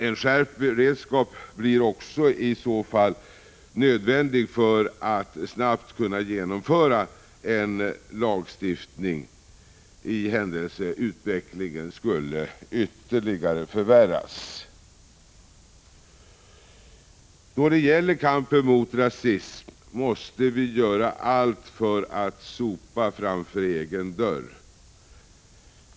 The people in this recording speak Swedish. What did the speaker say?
En skärpt beredskap blir också i så fall nödvändig för att snabbt genomföra en lagstiftning för den händelse att utvecklingen skulle ytterligare förvärras. Då det gäller kampen mot rasism måste vi göra allt för att sopa framför egen dörr.